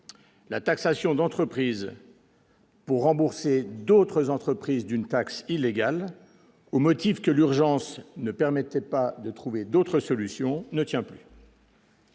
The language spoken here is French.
la taxation d'entreprises. Pour rembourser d'autres entreprises, d'une taxe illégale au motif que l'urgence ne permettait pas de trouver d'autres solutions ne tient plus.